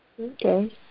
Okay